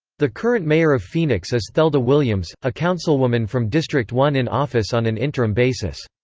the current mayor of phoenix is thelda williams, a councilwoman from district one in office on an interim basis.